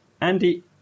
Andy